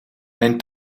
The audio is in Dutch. mijn